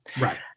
Right